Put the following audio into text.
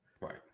Right